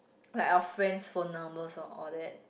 like our friend's phone numbers and all that